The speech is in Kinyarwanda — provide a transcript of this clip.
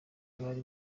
abari